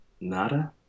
nada